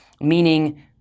meaning